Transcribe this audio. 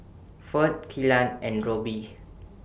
Ferd Killian and Roby